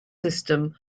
system